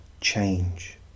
change